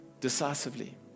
decisively